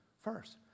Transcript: first